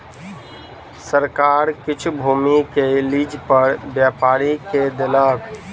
सरकार किछ भूमि के लीज पर व्यापारी के देलक